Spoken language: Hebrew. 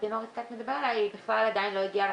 היא בכלל עדיין לא הגיעה לכנסת.